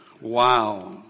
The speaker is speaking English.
Wow